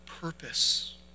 purpose